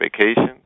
vacation